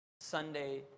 Sunday